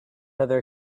other